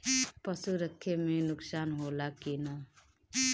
पशु रखे मे नुकसान होला कि न?